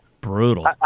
Brutal